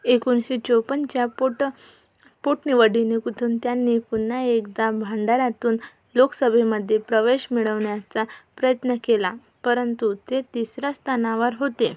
एकोणीसशे चोपन्नच्या पोट पोटनिवडीणुकीतून त्यांनी पुन्हा एकदा भंडाऱ्यातून लोकसभेमध्ये प्रवेश मिळवण्याचा प्रयत्न केला परंतु ते तिसऱ्या स्थानावर होते